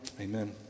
Amen